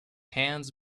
hands